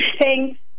Thanks